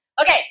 Okay